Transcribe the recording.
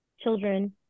children